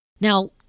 Now